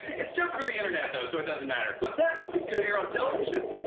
it's just for the internet, though, so it doesn't matter. what's that? it's gonna air on television?